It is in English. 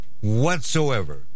whatsoever